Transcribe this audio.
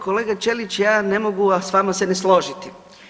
Kolega Ćelić, ja ne mogu s vama se ne složiti.